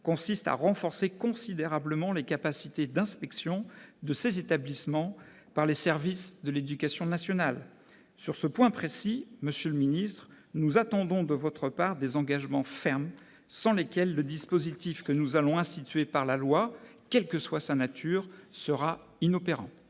consiste à renforcer considérablement les capacités d'inspection de ces établissements par les services de l'éducation nationale. Sur ce point précis, monsieur le ministre, nous attendons de votre part des engagements fermes sans lesquels le dispositif que nous allons instituer par la loi, quelle que soit sa nature, sera inopérant.